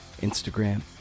Instagram